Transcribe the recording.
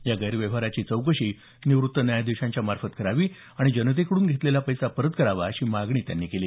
या गैरव्यवहाराची चौकशी निवृत्त न्यायाधीशांच्या मार्फत करावी आणि जनतेकडून घेतलेला पैसा परत करावा अशी मागणी त्यांनी केली